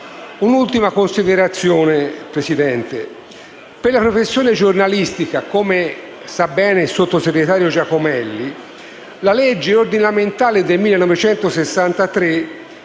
Un'ultima considerazione, Presidente: per la professione giornalistica, come sa bene il sottosegretario Giacomelli, la legge ordinamentale del 1963